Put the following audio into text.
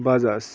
Bajaj